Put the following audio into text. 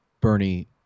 Bernie